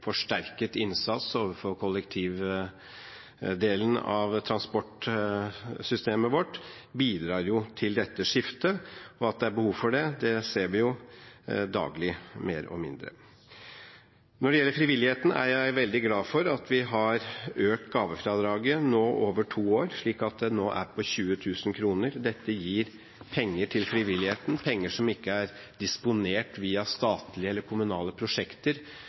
forsterket innsats overfor kollektivdelen av transportsystemet vårt – bidrar til dette skiftet. Og at det er behov for det, ser vi i større eller mindre grad daglig. Når det gjelder frivilligheten, er jeg veldig glad for at vi har økt gavefradraget over to år, slik at det nå er på 20 000 kr. Dette gir penger til frivilligheten, penger som ikke er disponert via statlige eller kommunale prosjekter,